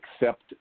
accept